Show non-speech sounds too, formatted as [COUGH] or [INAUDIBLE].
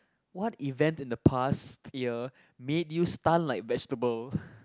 what event in the past year made you stun like vegetable [BREATH]